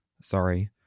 Sorry